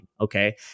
okay